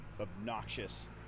obnoxious